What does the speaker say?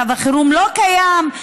מצב החירום לא קיים,